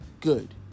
good